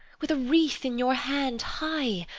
with a wreath in your hand, high,